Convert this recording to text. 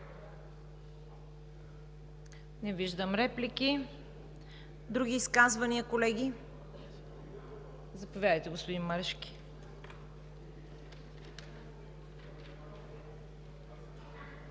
желаещи за реплики. Други изказвания, колеги? Заповядайте, господин Марешки.